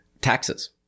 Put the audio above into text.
taxes